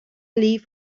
leave